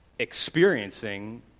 experiencing